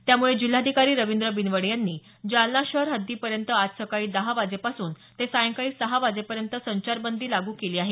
त्यामुळे जिल्हाधिकारी रवींद्र बिनवडे यांनी जालना शहर हद्दीपर्यं आज सकाळी दहा वाजेपासून ते सायंकाळी सहा वाजेपर्यंत संचारबंदी लागू केली आहे